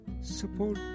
support